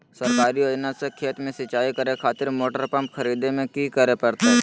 सरकारी योजना से खेत में सिंचाई करे खातिर मोटर पंप खरीदे में की करे परतय?